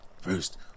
first